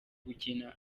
gukina